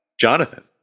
jonathan